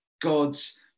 God's